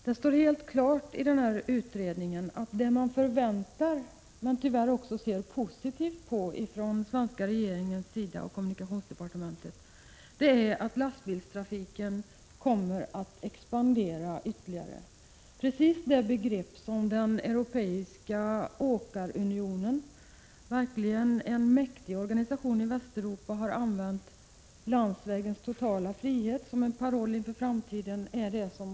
Det står helt klart för utredningen att man förväntar sig — och man ser tyvärr också positivt på detta från den svenska regeringens sida — att lastbilstrafiken kommer att expandera ytterligare. Den framtidsparoll om landsvägens totala frihet som den europeiska åkarunionen — verkligen en mäktig organisation i Västeuropa — har använt kan också skönjas mellan raderna i utredningsrapporten.